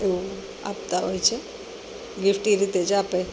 એવું આપતાં હોય છે ગિફ્ટ એ રીતે જ આપે